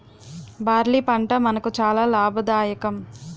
barley పంట మనకు చాలా లాభదాయకం